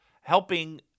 helping